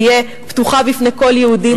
תהיה פתוחה בפני כל יהודי,